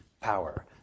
power